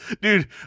dude